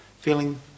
feeling